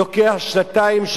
לוקח שנתיים,